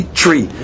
tree